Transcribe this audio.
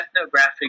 ethnographic